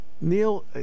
Neil